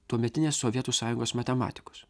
tuometinės sovietų sąjungos matematikus